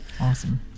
awesome